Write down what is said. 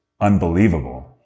unbelievable